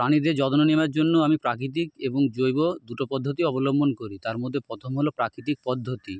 প্রাণীদের যত্ন নেওয়ার জন্য আমি প্রাকৃতিক এবং জৈব দুটো পদ্ধতি অবলম্বন করি তার মধ্যে প্রথম হল প্রাকৃতিক পদ্ধতি